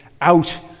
out